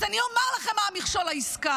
אז אני אומר לכם מה המכשול לעסקה: